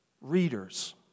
readers